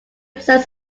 himself